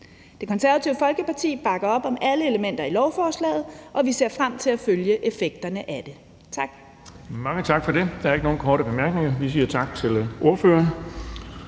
Det Konservative Folkeparti bakker op om alle elementer i lovforslaget, og vi ser frem til at følge effekterne af det. Tak.